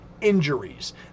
injuries